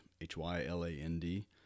H-Y-L-A-N-D